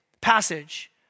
passage